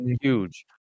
huge